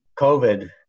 COVID